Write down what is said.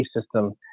system